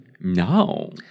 No